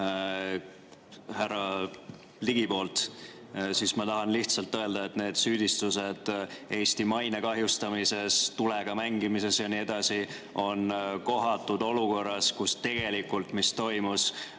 härra Ligi poolt. Ma tahan lihtsalt öelda, et need süüdistused Eesti maine kahjustamises, tulega mängimises ja nii edasi on kohatud olukorras, kus tegelikult toimus